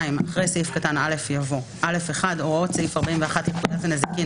אחרי סעיף קטן א) יבוא: "(א1)הוראות סעיף 41 לפקודת הנזיקין